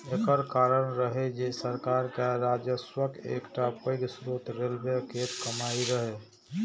एकर कारण रहै जे सरकार के राजस्वक एकटा पैघ स्रोत रेलवे केर कमाइ रहै